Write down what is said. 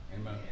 Amen